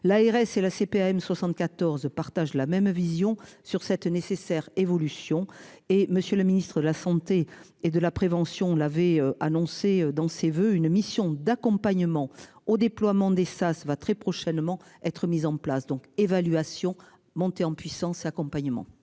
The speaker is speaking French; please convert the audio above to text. l'ARS et la CPAM 74 partagent la même vision sur cette nécessaire évolution et Monsieur le Ministre de la Santé et de la prévention l'avait annoncé dans ses voeux, une mission d'accompagnement au déploiement des sas va très prochainement être mis en place donc évaluation monter en puissance accompagnement.